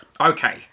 Okay